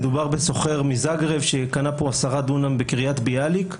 מדובר בסוחר מזגרב שקנה פה עשרה דונם בקריית ביאליק,